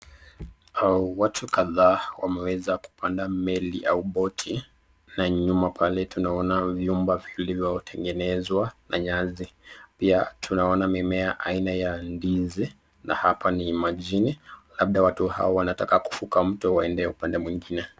Watu kadhaa wameweza kupanda meli au boti na nyuma pale tunaona vyumba vilivyo tengenezwa na nyasi pia tunaona mimea aina ya ndizi na hapa ni majini labda watu hawa wanataka kuvuka mto waende upande mwingine.